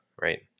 right